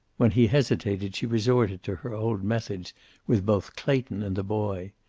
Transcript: when he hesitated she resorted to her old methods with both clayton and the boy.